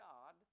God